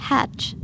Hatch